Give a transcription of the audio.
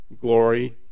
glory